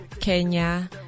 Kenya